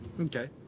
Okay